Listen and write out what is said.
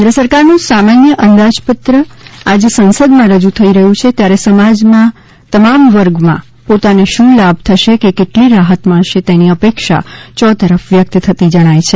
કેન્દ્ર સરકારનું સામાન્ય અંદાજપત્ર આજે સંસદમાં રજૂ થઈ રહ્યું છે ત્યારે સમાજના તમામ વર્ગમાં પોતાને શું લાભ થશે કે કેટલી રાહત મળશે તેની અપેક્ષા ચોતરફ વ્યાકત થતી જણાય છે